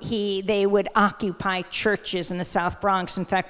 he they would occupy churches in the south bronx in fact